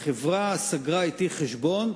החברה סגרה אתי חשבון,